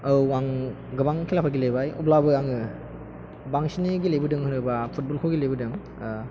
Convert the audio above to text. औ आं गोबां खेलाफोर गेलेबाय अब्लाबो आङो बांसिनै गेलेबोदों होनोबा फुटबल खौ गेलेबोदों